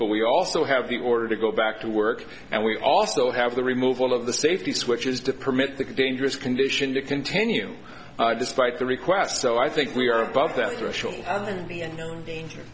but we also have the order to go back to work and we also have the removal of the safety switches to permit that dangerous condition to continue despite the request so i think we are above that threshold